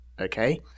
okay